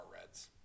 Reds